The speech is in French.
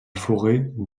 forêt